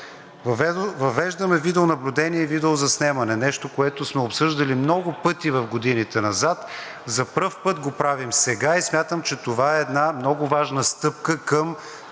Въвеждаме видеонаблюдение и видеозаснемане, нещо, което сме обсъждали много пъти в годините назад, за пръв път го правим сега и смятам, че това е една много важна стъпка към